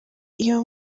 iyo